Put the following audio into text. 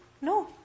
No